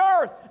earth